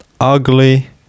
ugly